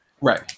Right